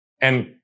And-